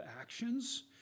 actions